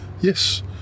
Yes